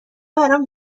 برام